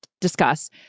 discuss